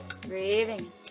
Breathing